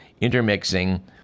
intermixing